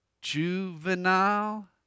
juvenile